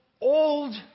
old